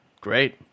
Great